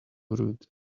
rude